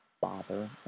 bother